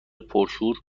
پرشور